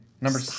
Number